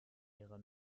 ihre